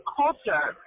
culture